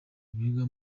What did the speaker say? biga